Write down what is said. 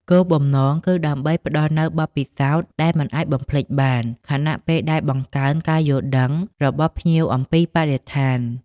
គោលបំណងគឺដើម្បីផ្តល់នូវបទពិសោធន៍ដែលមិនអាចបំភ្លេចបាន ខណៈពេលដែលបង្កើនការយល់ដឹងរបស់ភ្ញៀវអំពីបរិស្ថាន។